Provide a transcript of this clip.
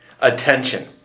Attention